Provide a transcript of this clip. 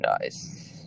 nice